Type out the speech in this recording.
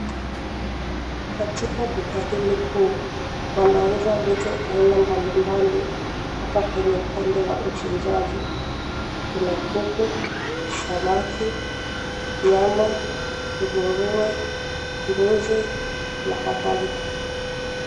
Katika duka hili kuu wanauza vitu aina mbali mbali. Hapa kwenye upande wa uchinjaji, kuna: kuku, samaki, nyama, nguruwe, mbuzi na kadhalika.